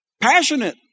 passionate